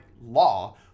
law